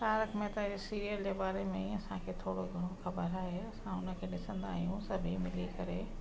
तारक मेहता जो सीरियल जे बारे में ई असांखे थोरो घणो ख़बर आहे असां उनखे ॾिसंदा आहियूं सभई मिली करे